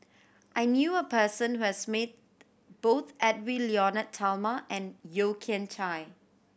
I knew a person who has met both Edwy Lyonet Talma and Yeo Kian Chye